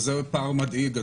וזה פער מדאיג,